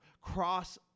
cross